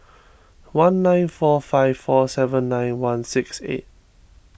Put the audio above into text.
one nine four five four seven nine one six eight